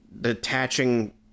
detaching